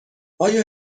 آیا